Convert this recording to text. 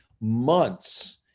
months